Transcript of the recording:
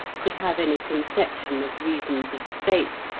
could have any conception of reasons of state,